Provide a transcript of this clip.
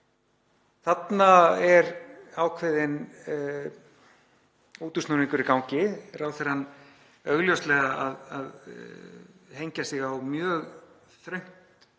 Þarna er ákveðinn útúrsnúningur í gangi. Ráðherrann er augljóslega að hengja sig á mjög þröngt